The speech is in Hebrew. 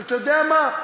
אבל אתה יודע מה?